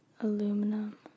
aluminum